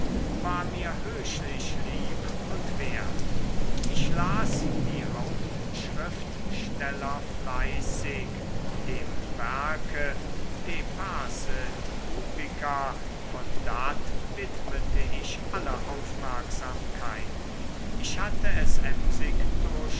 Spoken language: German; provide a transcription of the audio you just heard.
war mir höchlich lieb und wert ich las die hauptschriftsteller fleißig dem werke de pace publica von datt widmete ich alle aufmerksamkeit ich hatte es